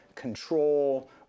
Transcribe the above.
control